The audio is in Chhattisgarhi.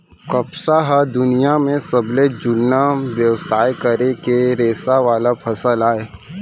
कपसा ह दुनियां म सबले जुन्ना बेवसाय करे के रेसा वाला फसल अय